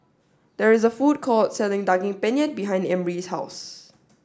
there is a food court selling Daging Penyet behind Emry's house